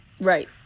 Right